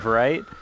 right